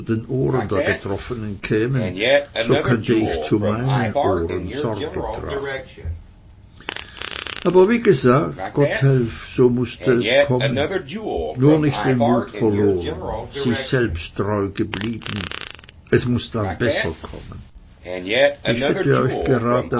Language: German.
der betroffenen kämen so könnte ich zu meinen ohren sorge tragen aber wie gesagt gotthelf so musste es kommen nur nicht den mut verloren sich selbst treu geblieben es muß dann besser kommen ich hätte euch geraten